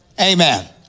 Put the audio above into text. Amen